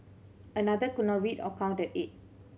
another could not read or count at eight